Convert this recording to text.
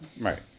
Right